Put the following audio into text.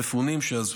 מפונים שעזבו.